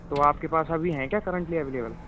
तो आपके पास अभी हैं क्या करेंटली एविलेबल